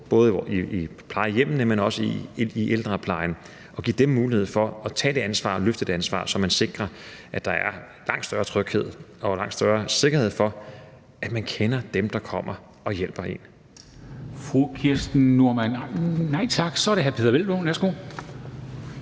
både på plejehjemmene, men også i ældreplejen, altså give dem mulighed for at tage et ansvar og løfte et ansvar, så man sikrer, at der er langt større tryghed og langt større sikkerhed for, at den ældre kender dem, der kommer og hjælper en. Kl. 12:11 Formanden (Henrik Dam Kristensen): Så er det